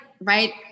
right